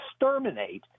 exterminate